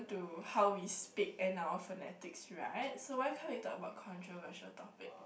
to how we speak and our frenetic right so why can't talk about controversial topic